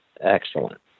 excellent